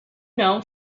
known